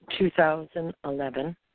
2011